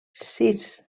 sis